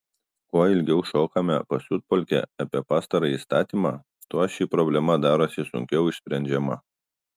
kuo ilgiau šokame pasiutpolkę apie pastarąjį įstatymą tuo ši problema darosi sunkiau išsprendžiama